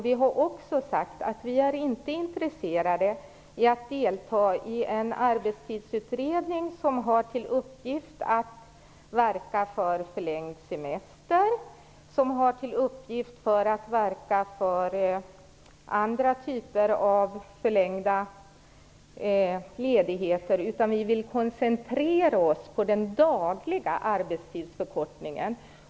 Vi har också sagt att vi inte är intresserade av att delta i en arbetstidsutredning som har till uppgift att verka för förlängd semester eller andra typer av förlängd ledighet. Vi vill koncentrera oss på den dagliga arbetstidsförkortningen.